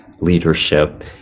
leadership